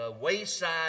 wayside